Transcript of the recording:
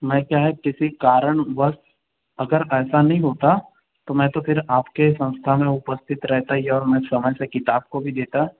मैं क्या है किसी कारण वर्ष अगर ऐसा नहीं होता तो मैं तो फिर आपके संस्था में उपस्थित रहता ही और समय से किताब को भी देता